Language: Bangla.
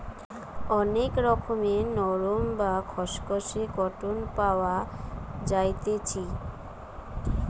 অনেক রকমের নরম, বা খসখসে কটন পাওয়া যাইতেছি